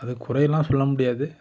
அதை குறை எல்லாம் சொல்லமுடியாது